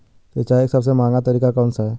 सिंचाई का सबसे महंगा तरीका कौन सा है?